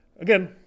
Again